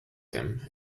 him